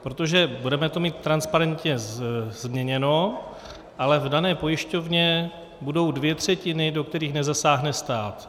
Protože budeme to mít transparentně změněno, ale v dané pojišťovně budou dvě třetiny, do kterých nezasáhne stát.